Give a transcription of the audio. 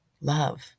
love